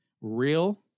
real